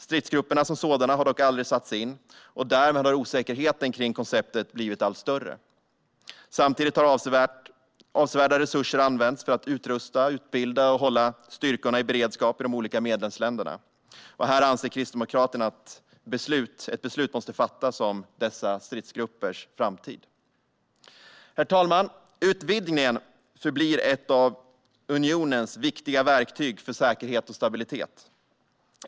Stridsgrupperna som sådana har dock aldrig satts in, och därmed har osäkerheten kring konceptet blivit allt större. Samtidigt har avsevärda resurser använts för att utrusta, utbilda och hålla styrkorna i beredskap i de olika medlemsländerna. Här anser Kristdemokraterna att ett beslut måste fattas om dessa stridsgruppers framtid. Herr talman! Utvidgningen förblir ett av unionens viktiga verktyg för säkerhet och stabilitet.